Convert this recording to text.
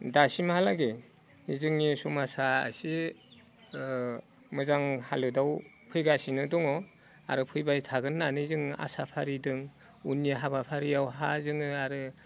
दासिमहालागै जोंनि समाजा एसे मोजां हालोदाव फैगासिनो दङ आरो फैबाय थागोन होननानै जोङो आसाफारिदों उननि हाबाफारियावहा जोङो आरो